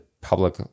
public